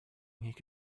nothing